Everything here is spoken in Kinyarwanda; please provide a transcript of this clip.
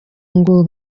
ngo